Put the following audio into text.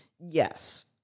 Yes